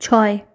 ছয়